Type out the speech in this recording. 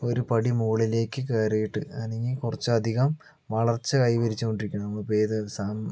ഒരു പടി മുകളിലേക്ക് കേറിയിട്ട് അല്ലെങ്കിൽ കുറച്ചധികം വളർച്ച കൈവരിച്ചു കൊണ്ട് ഇരിക്കുന്നു നമ്മളിപ്പോൾ ഏത് ദിവസം